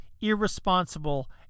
irresponsible